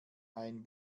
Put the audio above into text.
ein